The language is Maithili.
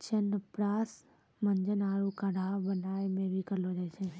च्यवनप्राश, मंजन आरो काढ़ा बनाय मॅ भी करलो जाय छै